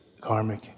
karmic